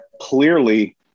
clearly